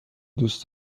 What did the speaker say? دوست